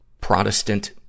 Protestant